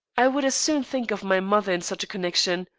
i would as soon think of my mother in such a connection.